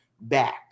back